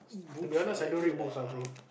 to be honest I don't read books ah bro